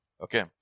Okay